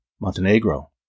Montenegro